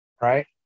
Right